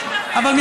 מבקשת להמשיך.